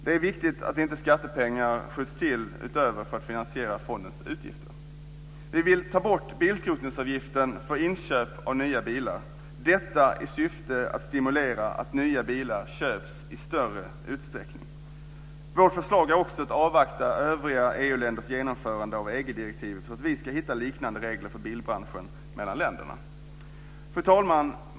Det är viktigt att inte skattepengar skjuts till för att finansiera fondens utgifter. Vi vill ta bort bilskrotningsavgiften för inköp av nya bilar - detta i syfte att stimulera att nya bilar köps i större utsträckning. Vårt förslag är också att man ska avvakta övriga EU-länders genomförande av EG-direktivet för att man ska hitta liknande regler för bilbranschen mellan länderna. Fru talman!